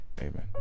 Amen